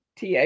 TA